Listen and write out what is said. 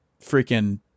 freaking